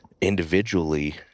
individually